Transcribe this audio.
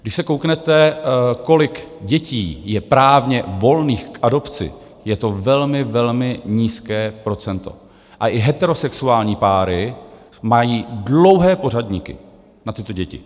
Když se kouknete, kolik dětí je právně volných k adopci, je to velmi, velmi nízké procento a i heterosexuální páry mají dlouhé pořadníky na tyto děti.